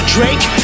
Drake